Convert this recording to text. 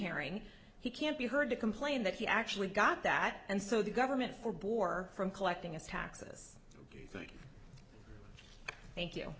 hearing he can't be heard to complain that he actually got that and so the government for bore from collecting us taxes thank you